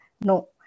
No